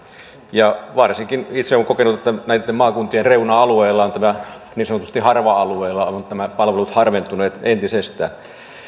ja varsinkin itse olen kokenut että näillä maakuntien reuna alueilla niin sanotusti harva alueilla ovat nämä palvelut harventuneet entisestään